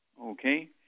Okay